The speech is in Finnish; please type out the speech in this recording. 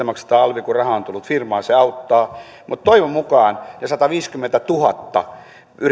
maksetaan alvi kun raha on tullut firmaan auttaa toivon mukaan ne sataviisikymmentätuhatta